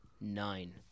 Nine